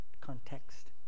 Context